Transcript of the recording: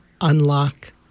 unlock